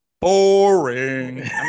boring